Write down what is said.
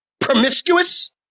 Promiscuous